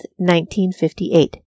1958